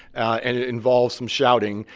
and it involved some shouting,